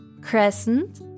Crescent